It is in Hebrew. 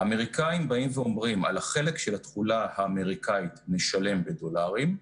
האמריקאים אומרים: על החלק של התכולה האמריקאית נשלם בדולרים,